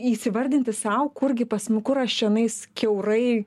įsivardinti sau kurgi pas mu kur aš čionais kiaurai